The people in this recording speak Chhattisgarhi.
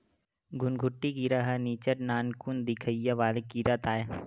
घुनघुटी कीरा ह निच्चट नानकुन दिखइया वाले कीरा ताय